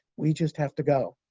we just have to go.